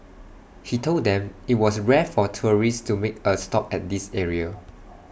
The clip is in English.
he told them IT was rare for tourists to make A stop at this area